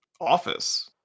office